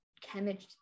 chemistry